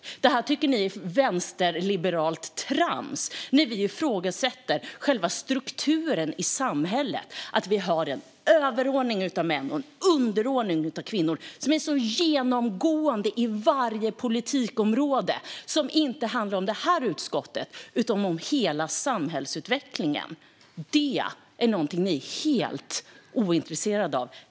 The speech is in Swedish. Ni tycker att det är vänsterliberalt trams när vi ifrågasätter själva strukturen i samhället, det vill säga att vi har en överordning av män och en underordning av kvinnor som är så genomgående på varje politikområde. Det handlar inte bara om det här utskottet utan om hela samhällsutvecklingen. Det är någonting som ni är helt ointresserade av.